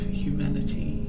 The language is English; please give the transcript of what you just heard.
humanity